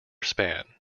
span